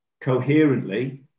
coherently